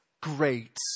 great